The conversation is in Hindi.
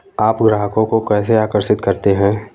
आप ग्राहकों को कैसे आकर्षित करते हैं?